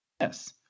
Yes